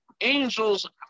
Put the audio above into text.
angels